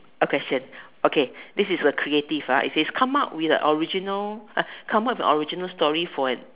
a question okay this is a creative ah it says come up with a original uh come up with a original story for an